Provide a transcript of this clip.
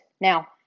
Now